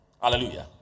Hallelujah